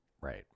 Right